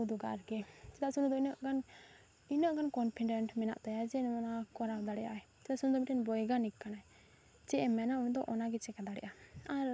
ᱩᱫᱩᱜᱟᱭ ᱟᱨᱠᱤ ᱪᱮᱫᱟᱜ ᱥᱮ ᱩᱱᱤ ᱫᱚ ᱩᱱᱟᱹᱜ ᱜᱟᱱ ᱤᱱᱟᱹᱜ ᱜᱟᱱ ᱠᱚᱱᱯᱷᱤᱰᱮᱱᱴ ᱢᱮᱱᱟᱜ ᱛᱟᱭᱟ ᱡᱮ ᱚᱱᱟ ᱠᱚᱨᱟᱣ ᱫᱟᱲᱮᱭᱟᱜ ᱟᱭ ᱪᱮᱫᱟᱜ ᱥᱮ ᱩᱱᱤ ᱫᱚ ᱢᱤᱫᱴᱮᱱ ᱵᱳᱭᱜᱟᱱᱤᱠ ᱠᱟᱱᱟᱭ ᱪᱮᱫ ᱮ ᱢᱮᱱᱟ ᱩᱱᱤ ᱫᱚ ᱚᱱᱟᱜᱮ ᱪᱤᱠᱟᱹ ᱫᱟᱲᱮᱭᱟᱜᱼᱟᱭ ᱟᱨ